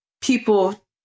people